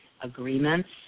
agreements